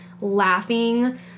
laughing